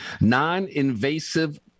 Non-invasive